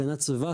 הגנת סביבה,